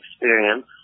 experience